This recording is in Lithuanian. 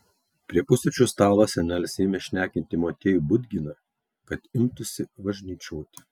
prie pusryčių stalo senelis ėmė šnekinti motiejų budginą kad imtųsi važnyčioti